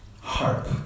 harp